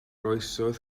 oesoedd